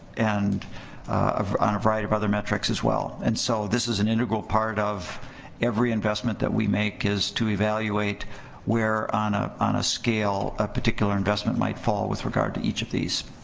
and on a variety of other metrics as well and so this is an integral part of every investment that we make is to evaluate where on a on a scale a particular investment might fall with regard to each of these